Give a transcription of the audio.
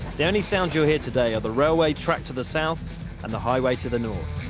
the only sound you'll hear today are the railway track to the south and the highway to the north.